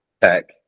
tech